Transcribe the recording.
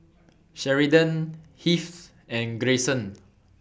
Sheridan Heath and Grayson